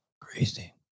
crazy